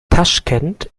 taschkent